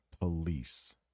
police